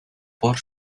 por